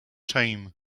team